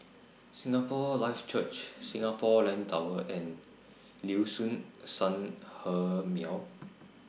Singapore Life Church Singapore Land Tower and Liuxun Sanhemiao